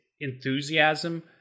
enthusiasm